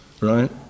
right